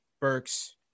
Burks